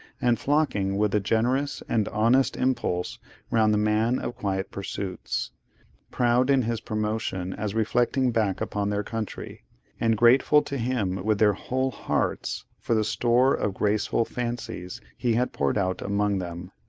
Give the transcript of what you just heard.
and flocking with a generous and honest impulse round the man of quiet pursuits proud in his promotion as reflecting back upon their country and grateful to him with their whole hearts for the store of graceful fancies he had poured out among them.